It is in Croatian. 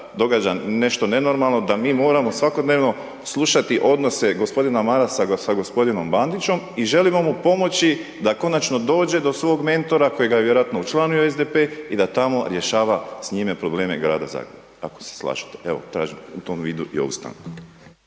događa nešto nenormalno, da mi moramo svakodnevno slušati odnose g. Marasa sa g. Bandićom i želimo mu pomoći da konačno dođe do svog mentora, koji ga je vjerojatno učlanio u SDP i da tamo rješava s njime probleme Grada Zagreba, ako se slažete. Evo tražim i u tom vidu i ovu stanku.